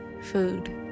food